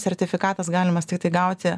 sertifikatas galimas tiktai gauti